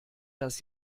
das